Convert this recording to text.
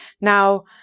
Now